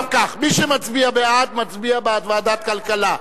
עכשיו כך: מי שמצביע בעד, מצביע בעד ועדת הכלכלה.